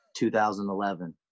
2011